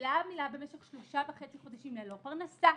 ומילה מילה במשך שלושה וחצי חודשים ללא פרנסה.